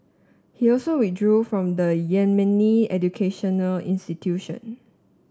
he also withdrew from the Yemeni educational institution